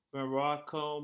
Morocco